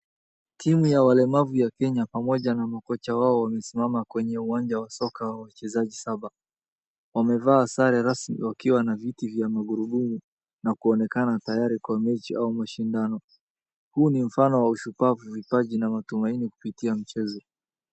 Timu ya walemavi ya Kenya pamoja na makocha wao wamesimama kwenye uwanja wa soka wa wachezaji saba. Wamevaa sare rasmi wakiwa na viti vya maburuburu na kuonekana tayari kwa mechi au mashindano. Huu ni mfano wa ushupavu, ukipaji na matumaini kupitia mchezo.